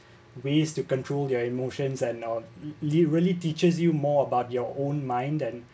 ways to control your emotions and um re~ really teaches you more about your own mind and